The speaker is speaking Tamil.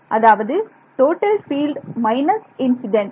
அதாவது டோட்டல் பீல்ட் மைனஸ் இன்சிடென்ட்